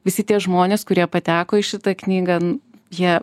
visi tie žmonės kurie pateko į šitą knygą jie